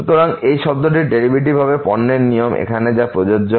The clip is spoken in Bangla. সুতরাং এই শব্দটির ডেরিভেটিভ হবে পণ্যের নিয়ম এখানে প্রযোজ্য হবে